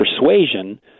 persuasion